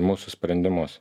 mūsų sprendimus